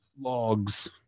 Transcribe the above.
logs